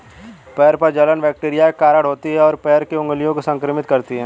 पैर की जलन बैक्टीरिया के कारण होती है, और पैर की उंगलियों को संक्रमित करती है